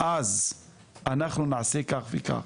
אז אנחנו נעשה כך וכך,